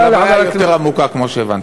אבל הבעיה היא יותר עמוקה כמו שהבנתי.